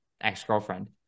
ex-girlfriend